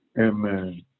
Amen